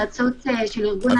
בבקשה.